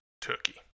turkey